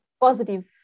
positive